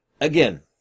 Again